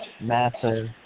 massive